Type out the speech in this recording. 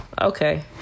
okay